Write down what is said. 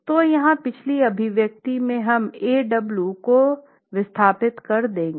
तो यहाँ पिछली अभिव्यक्ति में हम Aw को विस्थापित कर देंगे